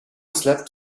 slept